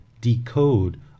decode